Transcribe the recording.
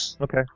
Okay